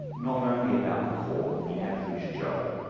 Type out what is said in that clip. not only about the core. the average joe.